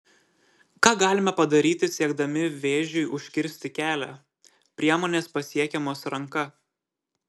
ką galime padaryti siekdami vėžiui užkirsti kelią priemonės pasiekiamos ranka